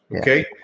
okay